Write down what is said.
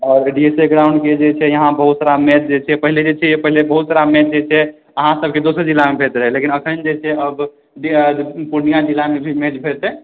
और DSA ground के जे छै यहाँ बहुत सारा मेच जे छै पहिले बहुत बड़ा मेच जे छै अहाँ सब के दोसर जिला मे भेज दै रहै लेकिन अखन जे छै पुर्णियाॅं जिलामे भी मैच हेतै